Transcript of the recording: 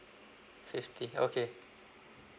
fifty okay